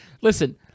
Listen